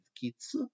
kids